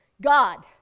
God